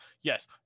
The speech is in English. Yes